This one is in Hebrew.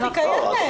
היא קיימת.